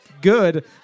good